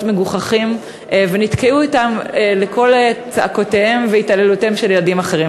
מגוחכים ונתקעו אתם לקול צעקותיהם והתעללויותיהם של ילדים אחרים.